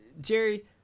jerry